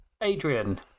adrian